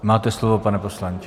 Máte slovo, pane poslanče.